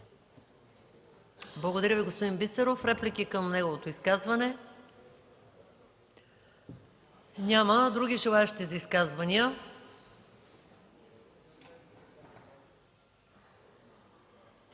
Благодаря Ви, господин Бисеров. Реплики към неговото изказване има ли? Няма. Други желаещи за изказвания?